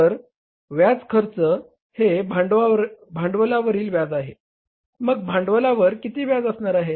तर व्याज खर्च हे भांडवलावरील व्याज आहे मग भांडवलावर किती व्याज असणार आहे